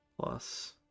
plus